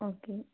okay